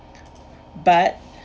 but